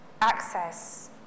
access